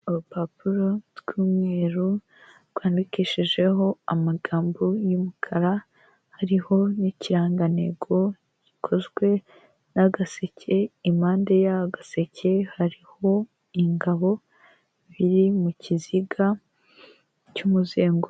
Urupapuro rw'umweru rwandikishijeho amagambo y'umukara, hariho n'ikirangantego gikozwe n'agaseke, impande y'agaseke hariho ingabo biriri mu kiziga cy'umuzenguko.